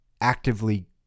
actively